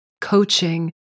coaching